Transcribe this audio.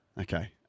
Okay